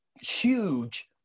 huge